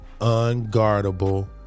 unguardable